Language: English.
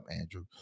Andrew